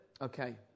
Okay